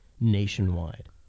nationwide